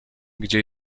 gdzie